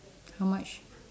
how much